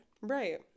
Right